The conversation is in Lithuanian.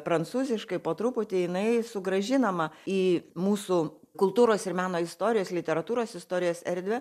prancūziškai po truputį jinai sugrąžinama į mūsų kultūros ir meno istorijos literatūros istorijos erdvę